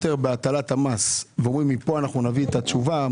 יותר מס ובזה מצפים להביא את התשובה,